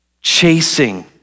chasing